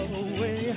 away